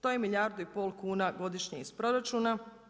To je milijardu i pol kuna godišnje iz proračuna.